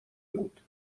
بود